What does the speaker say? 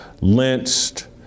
lynched